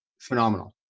phenomenal